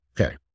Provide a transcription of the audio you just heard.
Okay